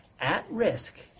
at-risk